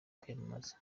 kwiyamamaza